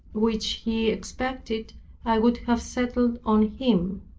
which he expected i would have settled on him.